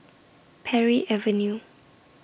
Parry Avenue